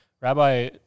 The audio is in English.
rabbi